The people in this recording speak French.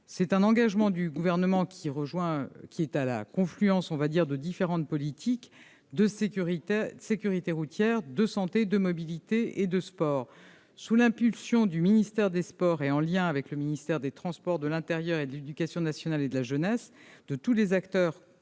Cet engagement du Gouvernement est à la confluence de différentes politiques, de sécurité routière, de santé, de mobilité et de sport. Sous l'impulsion du ministère des sports, en liaison avec les ministères des transports, de l'intérieur et de l'éducation nationale et de la jeunesse, tous les acteurs